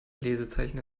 lesezeichen